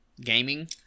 gaming